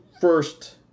first